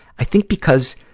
i think because,